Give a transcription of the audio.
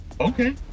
okay